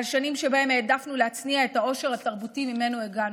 על שנים בהן העדפנו להצניע את העושר התרבותי שממנו הגענו.